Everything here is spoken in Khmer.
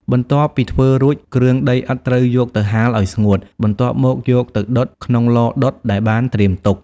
បន្ទាប់ពីធ្វើរួច គ្រឿងដីឥដ្ឋត្រូវយកទៅហាលឲ្យស្ងួត បន្ទាប់មកយកទៅ ដុត ក្នុងឡដុតដែលបានត្រៀមទុក។